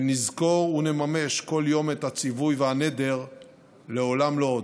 נזכור ונממש כל יום את הציווי והנדר "לעולם לא עוד".